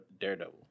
Daredevil